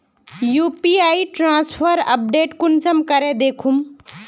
UPI transfer update कुंसम करे दखुम?